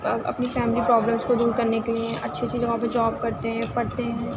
اپنی family problems کو دور کرنے کے لیے اچھی اچھی جگہوں پہ جاب کرتے ہیں پڑھتے ہیں